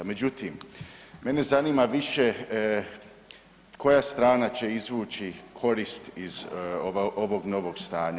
Međutim, mene zanima više koja strana će izvući korist iz ovog novog stanja?